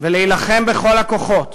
ולהילחם בכל הכוחות.